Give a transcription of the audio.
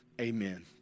Amen